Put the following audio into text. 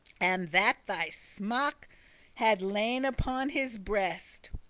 and that thy smock had lain upon his breast.